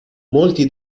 molti